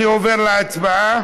אני עובר להצבעה.